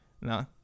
no